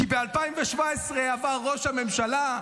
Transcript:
כי ב-2017 אמר ראש הממשלה,